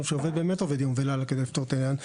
עובד יום ולילה כדי לפתור את העניין.